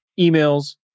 emails